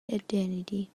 identity